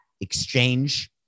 exchange